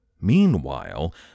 Meanwhile